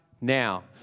now